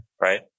right